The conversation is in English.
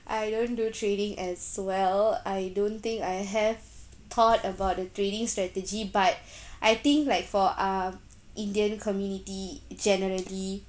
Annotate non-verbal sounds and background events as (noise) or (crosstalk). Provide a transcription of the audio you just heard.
I don't do trading as well I don't think I have thought about the trading strategy but (breath) I think like for um indian community generally